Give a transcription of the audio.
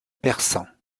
persan